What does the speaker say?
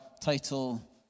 title